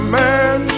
man